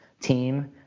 team